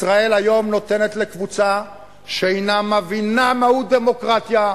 ישראל היום נותנת לקבוצה שאינה מבינה מהות דמוקרטיה,